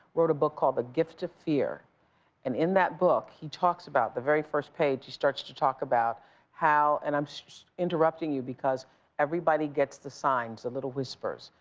wrote a book called the gift of fear and in that book, he talks about the very first page, he starts to talk about how and i'm interrupting you because everybody gets the signs, the little whispers,